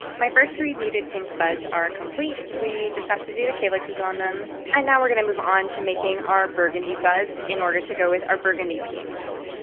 my first muted pink buds are complete. we just have to do the calyx's on them. and now we're going to move on to making our burgundy buds in order to go with our burgundy peonies.